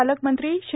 पालकमंत्री श्री